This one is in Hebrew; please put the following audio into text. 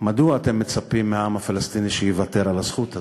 מדוע אתם מצפים מהעם הפלסטיני שיוותר על הזכות הזאת?